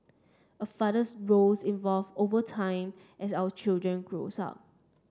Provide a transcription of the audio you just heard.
a father's roles evolve over time as our children grows up